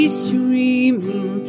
streaming